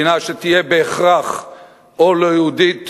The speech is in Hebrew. מדינה שתהיה בהכרח או לא-יהודית